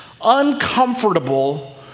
uncomfortable